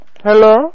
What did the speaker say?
Hello